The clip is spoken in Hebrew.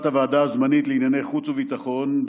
הוועדה הזמנית לענייני חוץ וביטחון,